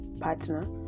partner